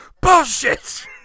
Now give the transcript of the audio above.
bullshit